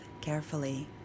carefully